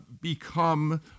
become